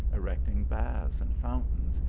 erecting baths and fountains,